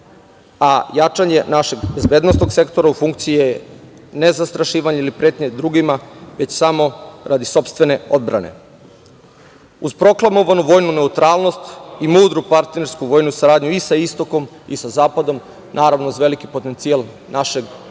a jačanje našeg bezbednosnog sektora u funkciji je ne zastrašivanja ili pretnje drugima, već samo radi sopstvene odbrane. Uz proklamovanu vojnu neutralnost i mudru partnersku vojnu saradnju i sa istokom i zapadom, naravno uz veliki potencijal našeg ljudskog